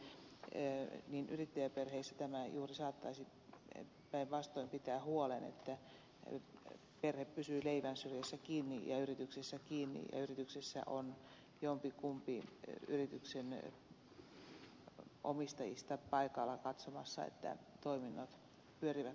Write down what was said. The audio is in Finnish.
larikka otti täällä esille yrittäjäperheissä tämä saattaisi päinvastoin pitää huolen siitä että perhe pysyy leivän syrjässä kiinni ja yrityksessä kiinni ja yrityksessä on jompikumpi yrityksen omistajista paikalla katsomassa että toiminnot pyörivät normaalisti